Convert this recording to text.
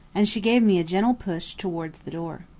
and she gave me a gentle push towards the door.